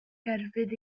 gerfydd